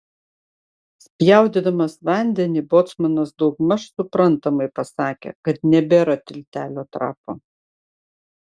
spjaudydamas vandenį bocmanas daugmaž suprantamai pasakė kad nebėra tiltelio trapo